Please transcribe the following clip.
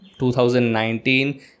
2019